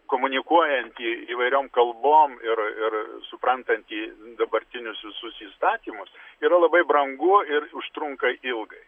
komunikuojantį įvairiom kalbom ir ir suprantantį dabartinius visus įstatymus tai yra labai brangu ir užtrunka ilgai